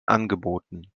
angeboten